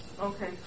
Okay